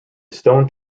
stone